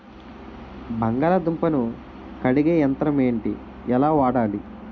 బంగాళదుంప ను కడిగే యంత్రం ఏంటి? ఎలా వాడాలి?